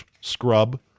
scrub